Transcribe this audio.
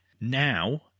now